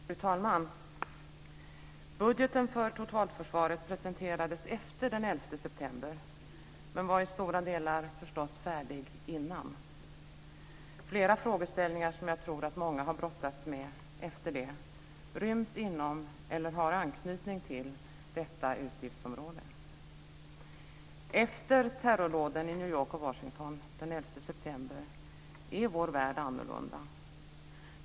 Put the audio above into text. Fru talman! Budgeten för totalförsvaret presenterades efter den 11 september, men var i stora delar förstås färdig innan dess. Flera frågeställningar som jag tror att många har brottats med efter det ryms inom, eller har anknytning till, detta utgiftsområde. Efter terrordåden i New York och Washington den 11 september är vår värld annorlunda.